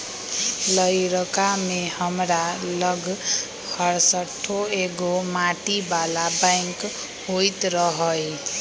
लइरका में हमरा लग हरशठ्ठो एगो माटी बला बैंक होइत रहइ